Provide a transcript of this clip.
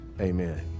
Amen